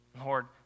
Lord